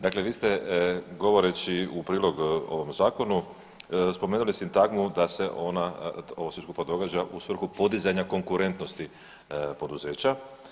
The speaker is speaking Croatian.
Dakle, vi ste govoreći u prilog ovom zakonu spomenuli sintagmu da se ona, ovo sve skupa događa u svrhu podizanja konkurentnosti poduzeća.